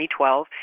2012